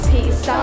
Peace